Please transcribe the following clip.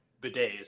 bidets